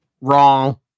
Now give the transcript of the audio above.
Wrong